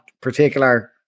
particular